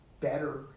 better